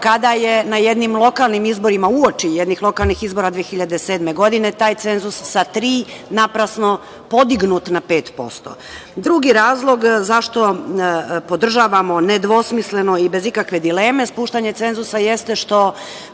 kada je na jednim lokalnim izborima, uoči jednih lokalnih izbora 2007. godine, taj cenzus sa 3% naprasno podignut na 5%.Drugi razlog zašto podržavamo nedvosmisleno i bez ikakve dileme spuštanje cenzusa jeste što